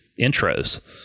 intros